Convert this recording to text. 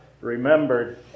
remembered